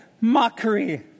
mockery